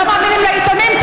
לא מאמינים לעיתונים?